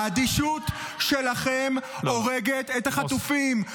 האדישות שלכם הורגת את החטופים.